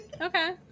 Okay